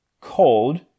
Cold